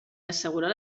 assegurar